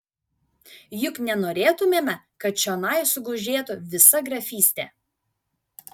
juk nenorėtumėme kad čionai sugužėtų visa grafystė